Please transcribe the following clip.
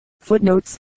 Footnotes